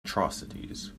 atrocities